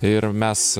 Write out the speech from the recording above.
ir mes